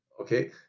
Okay